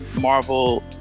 Marvel